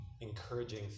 encouraging